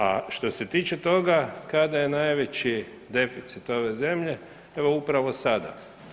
A što se tiče toga kada je najveći deficit ove zemlje, evo upravo sada.